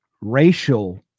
racial